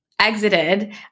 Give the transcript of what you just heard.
exited